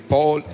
Paul